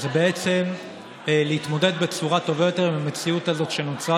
בעצם להתמודד בצורה טובה יותר עם המציאות הזאת שנוצרה,